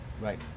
right